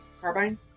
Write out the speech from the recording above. carbine